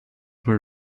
were